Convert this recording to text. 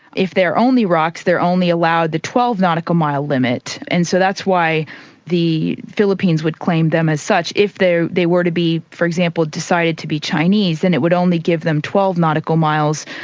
if they're only rocks, they're only allowed the twelve nautical mile limit, and so that's why the philippines would claim them as such. if they were to be, for example, decided to be chinese, then it would only give them twelve nautical miles,